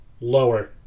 Lower